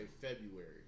February